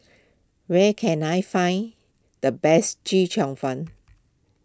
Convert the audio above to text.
where can I find the best Chee Cheong Fun